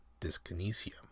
dyskinesia